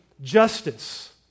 justice